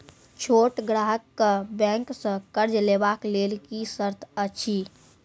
छोट ग्राहक कअ बैंक सऽ कर्ज लेवाक लेल की सर्त अछि?